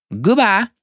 Goodbye